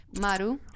Maru